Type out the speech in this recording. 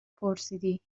پرسیدی